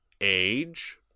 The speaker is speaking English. Age